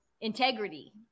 integrity